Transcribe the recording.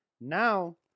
Now